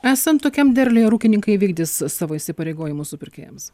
esant tokiam derliui ar ūkininkai vykdys savo įsipareigojimus supirkėjams